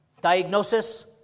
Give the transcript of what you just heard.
Diagnosis